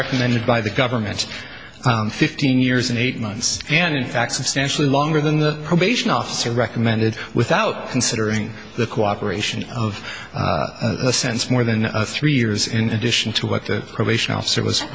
recommended by the government fifteen years and eight months and in fact substantially longer than the probation officer recommended without considering the cooperation of cents more than three years in addition to what the probation officer was